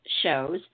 shows